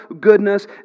goodness